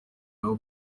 nabo